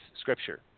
scripture